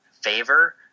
favor